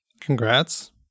Congrats